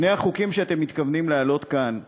שני החוקים שאתם מתכוונים להעלות כאן היום,